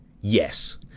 Yes